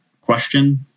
question